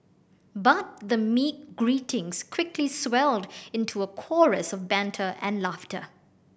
but the meek greetings quickly swelled into a chorus of banter and laughter